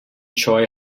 choi